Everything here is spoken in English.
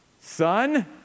Son